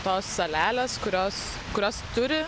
tos salelės kurios kurios turi